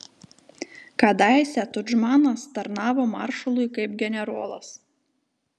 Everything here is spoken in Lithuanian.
kadaise tudžmanas tarnavo maršalui kaip generolas